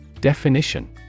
Definition